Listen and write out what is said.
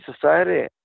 society